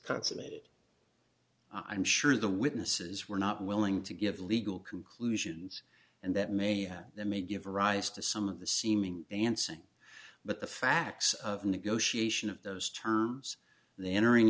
consummated i'm sure the witnesses were not willing to give legal conclusions and that may that may give rise to some of the seeming dancing but the facts of the negotiation of those terms the entering